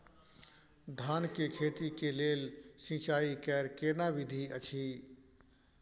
धान के खेती के लेल सिंचाई कैर केना विधी अछि?